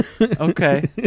okay